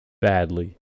badly